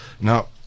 Now